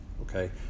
okay